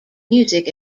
music